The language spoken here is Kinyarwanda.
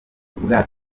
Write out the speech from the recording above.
ubwato